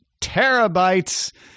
terabytes